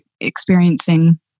experiencing